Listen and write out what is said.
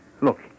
Look